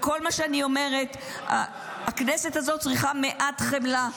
כל מה שאני אומרת, שהכנסת הזאת צריכה מעט חמלה.